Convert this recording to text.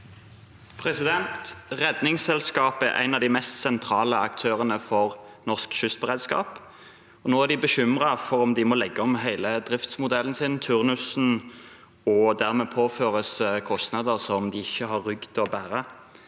Redningssel- skapet er en av de mest sentrale aktørene for norsk kystberedskap. Nå er de bekymret for om de må legge om hele driftsmodellen sin, turnusen, og dermed påføres kostnader som de ikke har rygg til å bære.